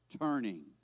turning